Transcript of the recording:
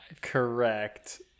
correct